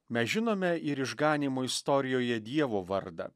mes žinome ir išganymo istorijoje dievo vardą